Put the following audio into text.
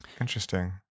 Interesting